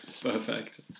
Perfect